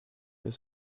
the